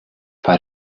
bei